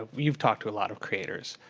ah you've talked to a lot of creators.